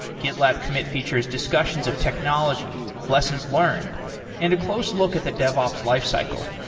gitlab commit features discussions of technology, lessons learned and a close look at the devops lifecycle,